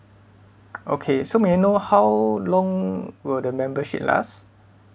okay so may I know how long will the membership last